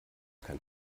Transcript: kein